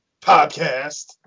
podcast